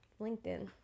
linkedin